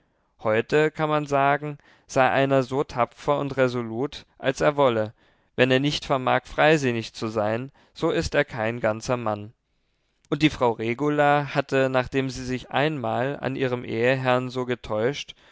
heute kann man sagen sei einer so tapfer und resolut als er wolle wenn er nicht vermag freisinnig zu sein so ist er kein ganzer mann und die frau regula hatte nachdem sie sich einmal an ihrem eheherrn so getäuscht